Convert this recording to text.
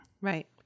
Right